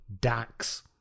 Dax